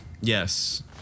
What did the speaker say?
Yes